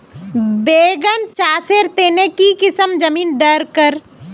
बैगन चासेर तने की किसम जमीन डरकर?